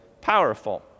powerful